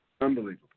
Unbelievable